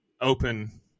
open